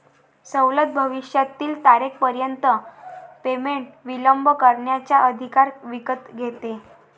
सवलत भविष्यातील तारखेपर्यंत पेमेंट विलंब करण्याचा अधिकार विकत घेते